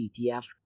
ETF